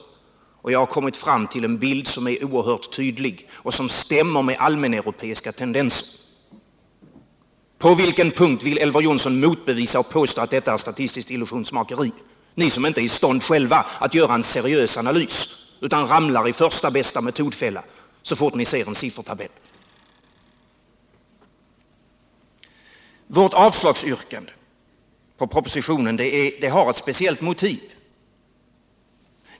På det här sättet har jag kommit fram till en bild som är oerhört tydlig och som stämmer med allmäneuropeiska tendenser. På vilken punkt vill Elver Jonsson motbevisa mig och påstå att detta är statistiskt illusionsmakeri? Ni är ju inte i stånd att själva göra en seriös analys, utan ramlar i första bästa metodfälla så fort ni ser en siffertabell. Vårt avslagsyrkande när det gäller propositionen har ett speciellt motiv.